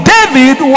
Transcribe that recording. David